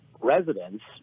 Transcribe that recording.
residents